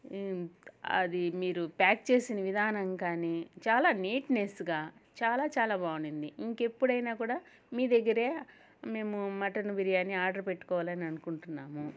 అది మీరు ప్యాక్ చేసిన విధానం కానీ చాలా నీట్నెస్గా చాలా చాలా బాగుండింది ఇంకెప్పుడైనా కూడా మీ దగ్గరే మేము మటన్ బిర్యానీ ఆర్డర్ పెట్టుకోవాలని అనుకుంటున్నాము